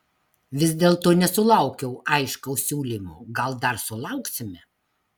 vis dėlto nesulaukiau aiškaus siūlymo gal dar sulauksime